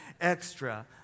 extra